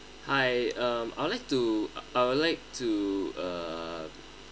hi um I would like to I would like to uh